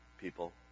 people